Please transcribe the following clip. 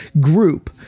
group